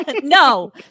No